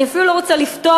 אני אפילו לא רוצה לפתוח,